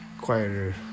quieter